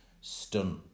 stunt